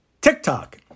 TikTok